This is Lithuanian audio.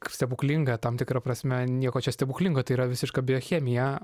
stebuklingą tam tikra prasme nieko čia stebuklingo tai yra visiška biochemija